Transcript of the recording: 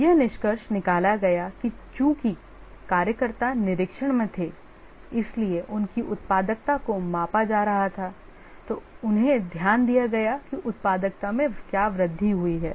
यह निष्कर्ष निकाला गया कि चूंकि कार्यकर्ता निरीक्षण में थे इसलिए उनकी उत्पादकता को मापा जा रहा था उन्हें ध्यान दिया गया कि उत्पादकता में क्या वृद्धि हुई है